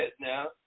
now